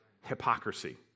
hypocrisy